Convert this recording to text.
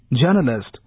journalist